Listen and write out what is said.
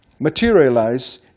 materialize